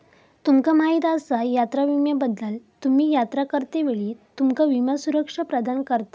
तुमका माहीत आसा यात्रा विम्याबद्दल?, तुम्ही यात्रा करतेवेळी तुमका विमा सुरक्षा प्रदान करता